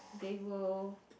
they will